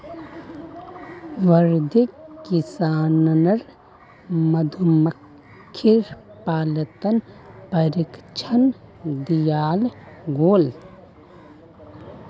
वर्धाक किसानेर मधुमक्खीर पालनत प्रशिक्षण दियाल गेल